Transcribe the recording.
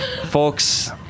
Folks